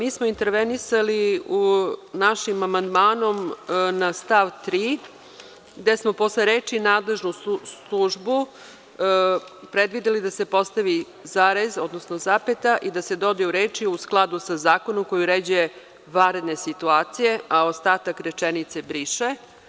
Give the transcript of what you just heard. Intervenisali smo našim amandmanom na stav 3, gde smo posle reči „nadležnu službu“ predvideli da se postavi zarez, odnosno zapeta, i da se dodaju reči „u skladu sa zakonom koji uređuje vanredne situacije“, a ostatak rečenice se briše.